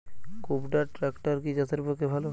কুবটার ট্রাকটার কি চাষের পক্ষে ভালো?